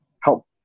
help